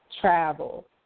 travel